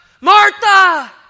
Martha